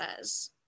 says